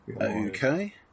okay